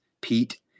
Pete